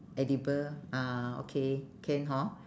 edible ah okay can hor